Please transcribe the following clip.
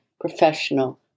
professional